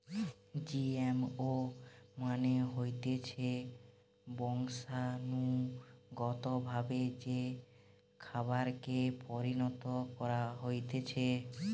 GMO মানে হতিছে বংশানুগতভাবে যে খাবারকে পরিণত করা হতিছে